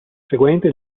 seguente